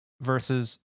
versus